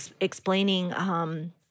explaining